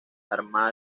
armada